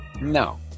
No